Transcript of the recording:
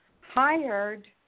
hired